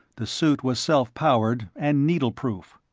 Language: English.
the suit was self-powered and needle proof.